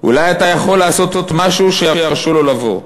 אולי אתה יכול לעשות משהו שירשו לו לבוא?